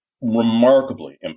remarkably